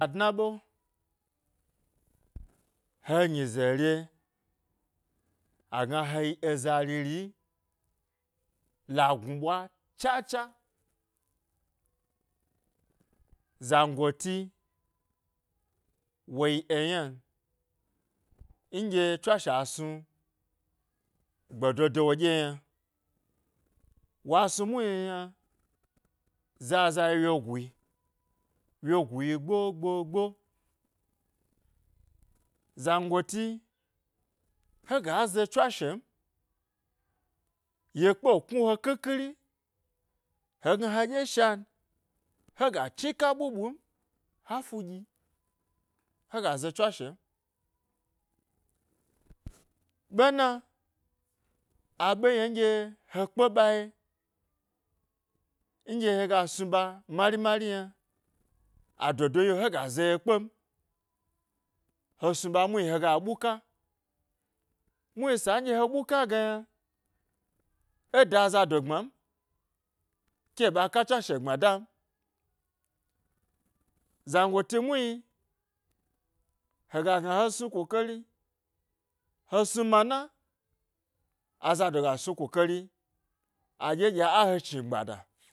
Ga dna ɓe, he nyize re agna ɗye he yi za riri la gnu ɓwa cha cha, yangoti wo yi eyna n, nɗye tswashe snu gbedo de woɗye yna wa snu muhni yna zaza yi wyegui, wyegu yi, gbo gbo gbo, zango ti he ga ze tswashen, yekpe knu he khi khiri hegna heɗye shan hega chnika ɓuɓu m ha fu ɗyi he ga ze tswashe m ɓe na, aɓe ye nɗye he kpe ɓa ye nɗye hega snu ɓa mari mari yna a dodo yilo hega zo ye kpen he snu ɓa mu hni hega ɓuka muhni sa nɗye he buka ge yna e da azado gbmam, ke e ɓa ka tswashe gbmada m, zangoli, muhni hega gna he snu ku kari he snu mana azado ga snu kukari, aɗye ɗye a he chnigbada